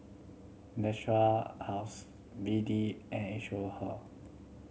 Natura House B D and